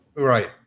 Right